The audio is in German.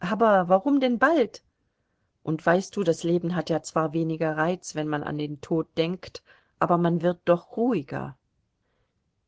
aber warum denn bald und weißt du das leben hat ja zwar weniger reiz wenn man an den tod denkt aber man wird doch ruhiger